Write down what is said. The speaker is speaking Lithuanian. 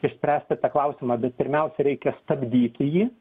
išspręsti tą klausimą bet pirmiausia reikia stabdyti jį